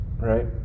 right